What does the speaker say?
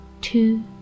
Two